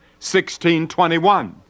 1621